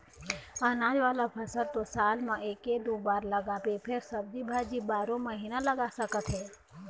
अनाज वाला फसल तो साल म एके दू बार लगाबे फेर सब्जी भाजी बारो महिना लगा सकत हे